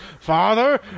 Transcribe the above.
Father